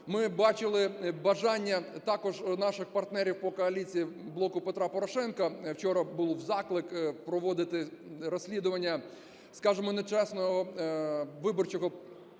Ми бачили бажання також наших партнерів по коаліції "Блоку Петра Порошенка", вчора був заклик проводити розслідування, скажемо, нечесного виборчого процесу,